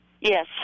Yes